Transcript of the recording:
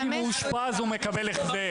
רק אם הוא אושפז הוא יקבל החזר.